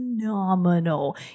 phenomenal